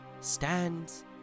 stands